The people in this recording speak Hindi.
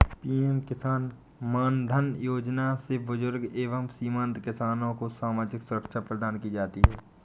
पीएम किसान मानधन योजना से बुजुर्ग एवं सीमांत किसान को सामाजिक सुरक्षा प्रदान की जाती है